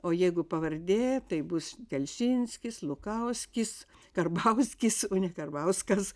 o jeigu pavardė tai bus telšinskis lukauskis karbauskis o ne karbauskas